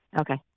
Okay